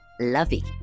lovey